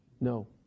No